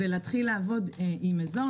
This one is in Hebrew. ולהתחיל לעבוד עם אזור.